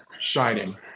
Shining